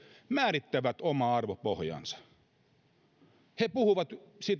määrittää omaa arvopohjaansa he puhuvat